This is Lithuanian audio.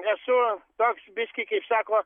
esu toks biškį kaip sakoma